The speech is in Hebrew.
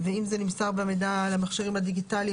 ואם זה נמסר במידע למכשירים הדיגיטליים,